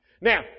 Now